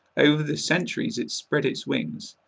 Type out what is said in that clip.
over the centuries it spread its wings.